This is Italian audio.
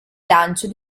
lancio